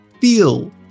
feel